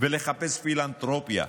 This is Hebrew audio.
ולחפש פילנתרופיה.